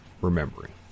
remembering